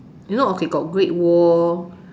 you know okay got great wall